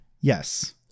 Yes